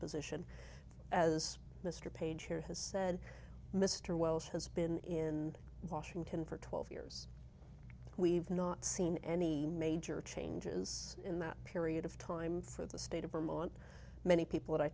position as mr page here has said mr wells has been in washington for twelve years we've not seen any major changes in that period of time for the state of vermont many people that i